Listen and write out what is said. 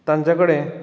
ताच्या कडेन